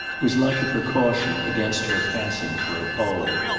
was like a precaution against her passing for a pole.